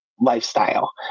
lifestyle